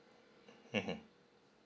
mmhmm